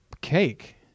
cake